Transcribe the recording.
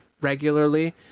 regularly